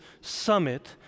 summit